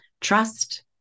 trust